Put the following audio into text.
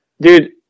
dude